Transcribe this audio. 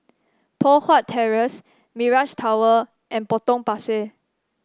Poh Huat Terrace Mirage Tower and Potong Pasir